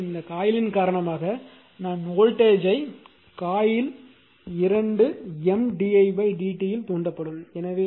இதேபோல் இந்த காயிலின் காரணமாக நான் வோல்டேஜ் யை காயில் 2 M di dt இல் தூண்டப்படும்